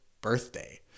birthday